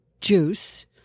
juice